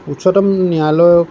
উচ্চতম ন্যায়ালয়ৰ